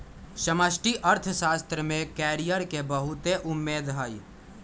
समष्टि अर्थशास्त्र में कैरियर के बहुते उम्मेद हइ